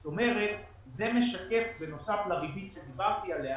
זאת אומרת, זה משקף - בנוסף לריבית שדיברתי עליה